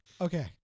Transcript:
Okay